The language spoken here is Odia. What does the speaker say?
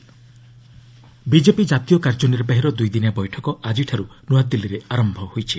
ବିଜେପି ମିଟ୍ ବିଜେପି କାତୀୟ କାର୍ଯ୍ୟନିର୍ବାହୀର ଦୁଇଦିନିଆ ବୈଠକ ଆଜିଠାରୁ ନ୍ତଆଦିଲ୍ଲୀରେ ଆରମ୍ଭ ହୋଇଛି